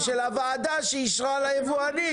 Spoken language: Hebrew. של הוועדה שאישרה ליבואנים.